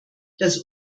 das